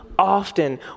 Often